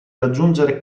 raggiungere